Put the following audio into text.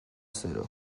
zero